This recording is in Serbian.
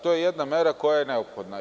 To je jedna mera koja je neophodna.